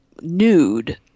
nude